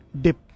dip